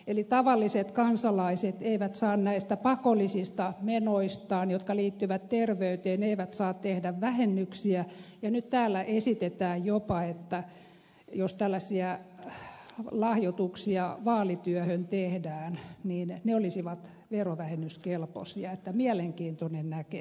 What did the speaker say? eli tavalliset kansalaiset eivät saa tehdä vähennyksiä näistä pakollisista menoistaan jotka liittyvät terveyteen ja nyt täällä jopa esitetään että jos tällaisia lahjoituksia vaalityöhön tehdään niin ne olisivat verovähennyskelpoisia mielenkiintoinen näkemys